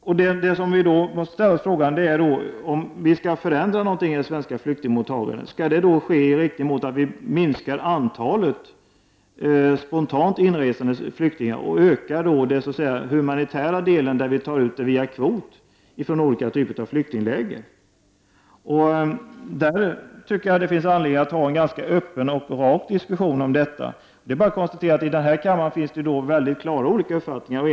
Den fråga som vi då måste ställa oss är om vi skall förändra någonting i det svenska flyktingmottagandet och om en sådan förändring skall ske i riktning mot en minskning av antalet mottagna spontant inresande flyktingar och ökar den humanitära delen där flyktingar kommer via kvot från olika typer av flyktingläger. Jag tycker att det finns anledning att ha en ganska öppen och rak diskussion om detta. Det är bara att konstatera att det här i kammaren finns mycket olika uppfattningar.